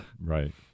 Right